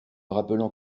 rappelant